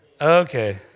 Okay